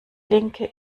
linke